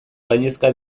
gainezka